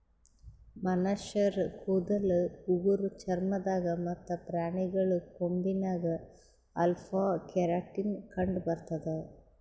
ಮನಶ್ಶರ್ ಕೂದಲ್ ಉಗುರ್ ಚರ್ಮ ದಾಗ್ ಮತ್ತ್ ಪ್ರಾಣಿಗಳ್ ಕೊಂಬಿನಾಗ್ ಅಲ್ಫಾ ಕೆರಾಟಿನ್ ಕಂಡಬರ್ತದ್